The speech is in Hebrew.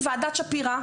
ועדת שפירא,